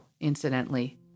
incidentally